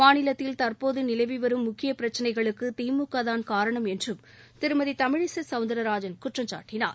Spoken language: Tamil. மாநிலத்தில் தற்போது நிலவி வரும் முக்கிய பிரச்சினைகளுக்கு திமுக தான் காரணம் என்றும் திருமதி தமிழிசை சவுந்தரராஜன் குற்றம் சாட்டினார்